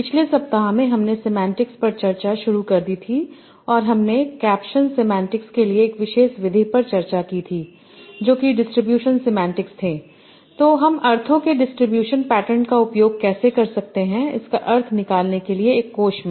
पिछले सप्ताह में हमने सेमांटिक्स पर चर्चा शुरू कर दी थी और हमने कैप्शन सेमांटिक्स के लिए एक विशेष विधि पर चर्चा की थी जो कि डिस्ट्रीब्यूशन सेमांटिक्स थे तो हम अर्थों के डिस्ट्रीब्यूशन पैटर्न का उपयोग कैसे कर सकते हैं इसका अर्थ निकालने के लिए एक कोष में